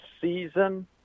season